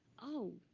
oh,